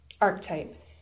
archetype